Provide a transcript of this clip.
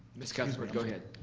ms. cuthbert go ahead.